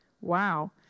Wow